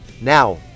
now